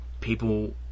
people